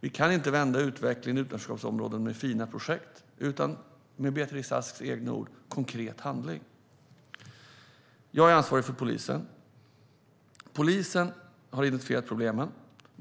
Vi kan inte vända utvecklingen i utanförskapsområden med hjälp av fina projekt, utan det måste ske, med Beatrice Asks egna ord, med konkret handling. Jag är ansvarig för polisen. Polisen har identifierat problemen.